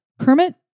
Kermit